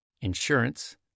insurance